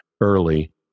early